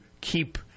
keep